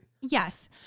Yes